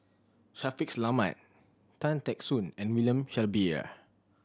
Shaffiq Selamat Tan Teck Soon and William Shellabear